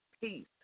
peace